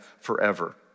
forever